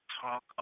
talk